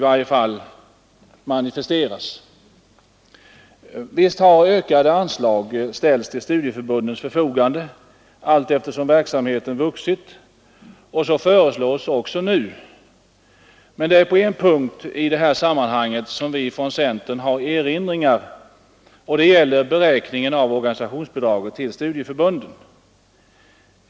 Visst har ökade anslag ställts till studieförbundens förfogande allteftersom verksamheten vuxit, och så föreslås också nu. På en punkt har emellertid vi från centern erinringar att göra, och det gäller beräkningen av organisationsbidraget till studieförbunden.